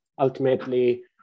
ultimately